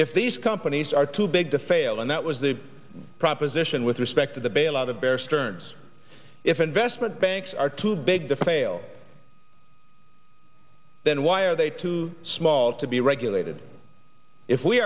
if these companies are too big to fail and that was the proposition with respect to the bailout of bear stearns if investment banks are too big to fail then why are they too small to be regulated if we